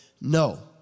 No